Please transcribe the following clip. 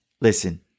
listen